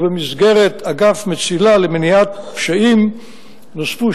ובמסגרת אגף מציל"ה למניעת פשיעה נוספו